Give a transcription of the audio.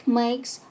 makes